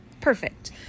perfect